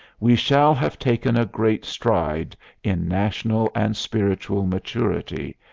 we shall have taken a great stride in national and spiritual maturity,